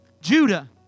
Judah